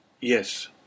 Yes